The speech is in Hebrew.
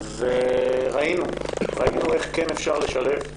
וראינו איך כן אפשר לשלב.